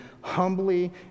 humbly